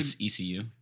ECU